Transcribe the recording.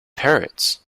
parrots